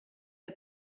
der